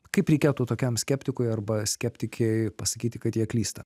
kaip reikėtų tokiam skeptikui arba skeptikei pasakyti kad jie klysta